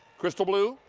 crystal blue,